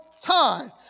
time